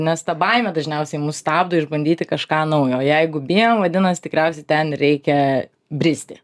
nes ta baimė dažniausiai mus stabdo išbandyti kažką naujo jeigu bijom vadinas tikriausiai ten reikia bristi